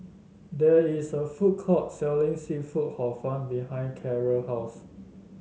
there is a food court selling seafood Hor Fun behind Carli house